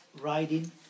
riding